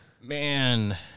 man